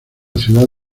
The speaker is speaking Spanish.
ciudad